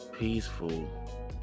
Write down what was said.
Peaceful